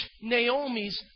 Naomi's